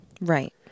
Right